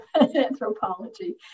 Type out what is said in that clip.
anthropology